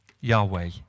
Yahweh